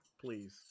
Please